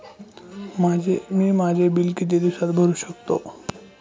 मी माझे बिल किती दिवसांत भरू शकतो?